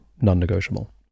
non-negotiable